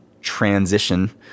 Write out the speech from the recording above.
transition